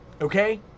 Okay